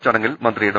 ചടങ്ങിൽ മന്ത്രി ഡോ